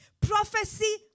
prophecy